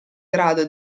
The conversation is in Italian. grado